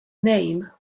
name